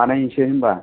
बानायहैसो होनबा